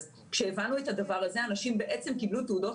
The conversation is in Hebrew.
כשהבנו את הדבר הזה אנשים בעצם קיבלו תעודות